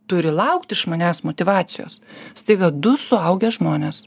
turi laukti iš manęs motyvacijos staiga du suaugę žmonės